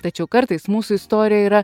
tačiau kartais mūsų istorija yra